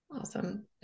awesome